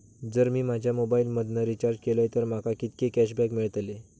जर मी माझ्या मोबाईल मधन रिचार्ज केलय तर माका कितके कॅशबॅक मेळतले?